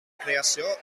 creació